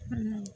ᱦᱮᱸ